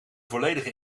volledige